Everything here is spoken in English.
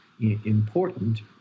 important